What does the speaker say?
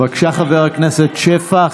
בבקשה, חבר הכנסת שפע.